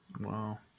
Wow